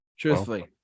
Truthfully